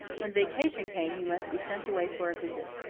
when vacation came he must be sent away for a visit.